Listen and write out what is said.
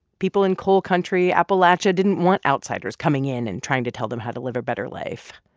people in coal country appalachia didn't want outsiders coming in and trying to tell them how to live a better life.